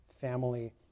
family